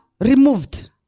removed